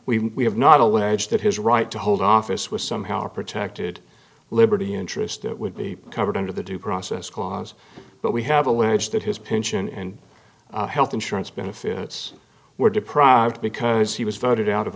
so we have not alleged that his right to hold office was somehow protected liberty interest it would be covered under the due process clause but we have alleged that his pension and health insurance benefits were deprived because he was voted out of